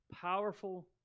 powerful